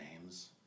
names